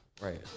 Right